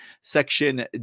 Section